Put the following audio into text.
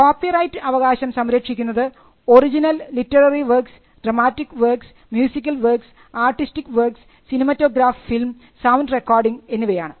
copyright അവകാശം സംരക്ഷിക്കുന്നത് original literary works dramatic works musical works artistic works cinematograph film sound recording എന്നിവയാണ്